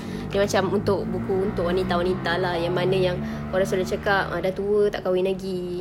dia macam untuk buku untuk wanita-wanita lah yang mana yang orang rasa orang cakap ah sudah tua tak kahwin lagi